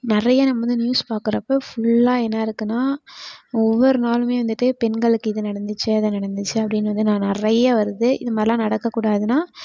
நிறைய நம்ம வந்து நியூஸ் பார்க்கறப்ப ஃபுல்லாக என்ன இருக்குதுன்னா ஒவ்வொரு நாளுமே வந்துட்டு பெண்களுக்கு இது நடந்துச்சு அது நடந்துச்சு அப்படின்னு வந்து நான் நிறைய வருது இது மாதிரிலாம் நடக்கக் கூடாதுனால்